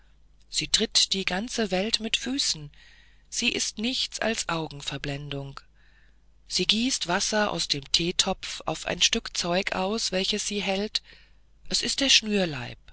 sie tritt die ganze welt mit füßen sie ist nichts als augenverblendung sie gießt wasser aus dem theetopf auf ein stück zeug aus welches sie hält es ist der schnürleib